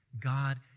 God